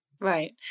Right